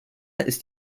ist